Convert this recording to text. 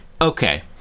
Okay